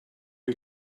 you